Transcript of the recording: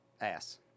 ass